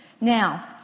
Now